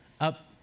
up